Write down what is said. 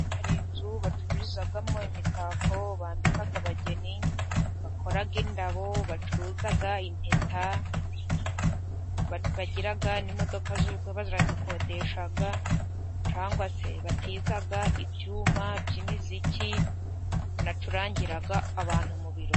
Hari inzu bacururiza imitako, bambika abageni，bakora indabo，bacuruza impeta，bagira n’imodoka z’ubukwe barazikodesha，， cyangwa se batiza， ibyuma by'imiziki，bacurangira abantu mu birori.